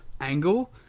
angle